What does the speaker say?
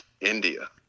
India